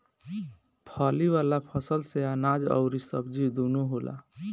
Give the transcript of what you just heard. फली वाला फसल से अनाज अउरी सब्जी दूनो होला